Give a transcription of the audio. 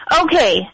okay